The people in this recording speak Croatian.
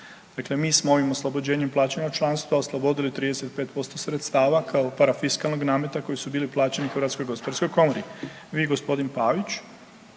Dakle, mi smo ovim oslobođenjem plaćanja članstva oslobodili 30% sredstava kao parafiskalnog nameta koji su bili plaćeni HGK. Vi i gospodin Pavić